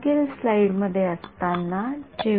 तर आतापर्यंत आम्ही असे गृहीत धरले की हे फील्ड म्हणजे काय